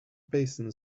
basin